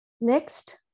Next